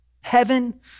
Heaven